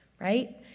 right